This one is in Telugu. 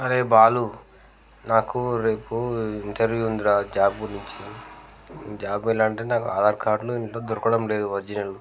అరే బాలు నాకు రేపు ఇంటర్వ్యూ ఉందిరా జాబ్ గురించి జాబ్ వెళ్ళాలంటే నాకు ఆధార్ కార్డులు ఇంట్లో దొరకడం లేదు ఒరిజినల్